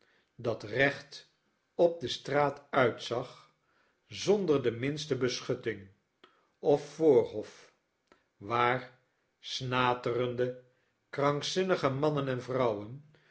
dat recht op de straat uitzag zonder de minste beschutting of voorhof waar snaterende krankzinnige mannen en vrouwen